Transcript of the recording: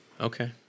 Okay